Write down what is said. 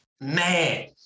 man